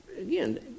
again